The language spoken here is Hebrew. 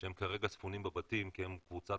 שהם כרגע ספונים בבתים כי הם קבוצת